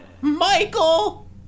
Michael